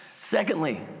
secondly